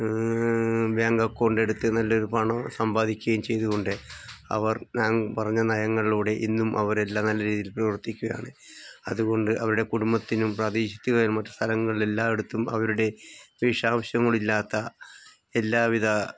bank അക്കൗണ്ടെടുത്ത് നല്ലൊരു പണം സമ്പാദിക്കുകയും ചെയ്തുകൊണ്ട് അവർ ഞാന് പറഞ്ഞ നയങ്ങളിലൂടെ ഇന്നും അവരെല്ലാം നല്ല രീതിയിൽ പ്രവർത്തിക്കുകയാണ് അതുകൊണ്ട് അവരുടെ കുടുംബത്തിനും പ്രദേശത്തും മറ്റു സ്ഥലങ്ങള് എല്ലായിടത്തും അവരുടെ വിശദാംശങ്ങളില്ലാത്ത എല്ലാവിധ